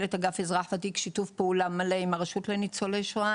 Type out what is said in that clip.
כמנהלת אזרח ותיק גם יש לי שיתוף פעולה מלא עם הרשות לניצולי שואה,